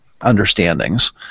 understandings